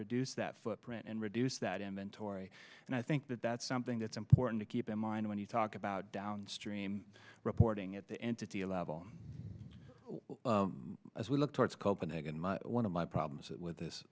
reduce that footprint and reduce that inventory and i think that that's something that's important to keep in mind when you talk about downstream reporting at the entity level as we look towards copenhagen my one of my problems with this